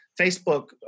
Facebook